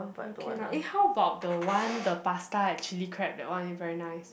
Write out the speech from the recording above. okay lah eh how about the one the pasta at chili crab that one is very nice